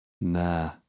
nah